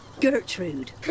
Gertrude